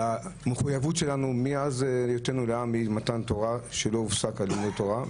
במחויבות שלנו מאז היותנו לעם במתן תורה שלא הופסק לימוד התורה,